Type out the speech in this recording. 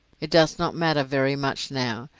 it does not matter very much now,